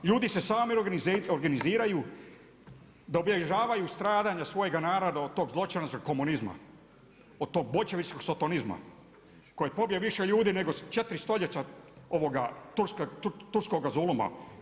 Ljudi se sami organiziraju da obilježavaju stradanja svojega naroda od tog zločinačkog komunizma, od tog boljševičkog sotonizma koji je pobio više ljudi nego 4 stoljeća ovoga turskoga zuluma.